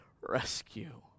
rescue